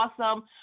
awesome